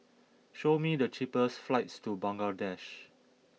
show me the cheapest flights to Bangladesh